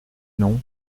non